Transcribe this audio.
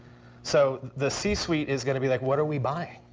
so the c-suite is going to be like, what are we buying?